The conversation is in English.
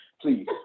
Please